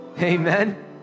amen